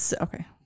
okay